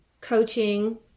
coaching